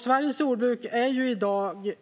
Sveriges jordbruk är i dag